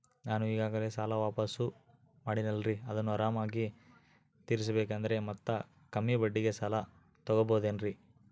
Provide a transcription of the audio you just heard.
ನಾನು ಈಗಾಗಲೇ ಸಾಲ ವಾಪಾಸ್ಸು ಮಾಡಿನಲ್ರಿ ಅದನ್ನು ಆರಾಮಾಗಿ ತೇರಿಸಬೇಕಂದರೆ ಮತ್ತ ಕಮ್ಮಿ ಬಡ್ಡಿಗೆ ಸಾಲ ತಗೋಬಹುದೇನ್ರಿ?